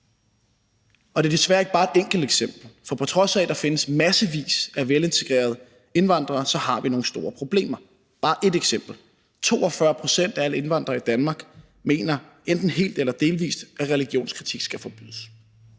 Det er desværre ikke bare et enkelt eksempel, for på trods af at der findes massevis af velintegrerede indvandrere, har vi nogle store problemer. Bare et eksempel: 42 pct. af alle indvandrere i Danmark mener enten helt eller delvis, at religionskritik skal forbydes.